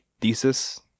thesis